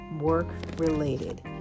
work-related